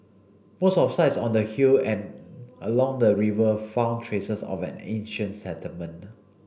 most of sites on the hill and along the river found traces of an ancient settlement